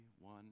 one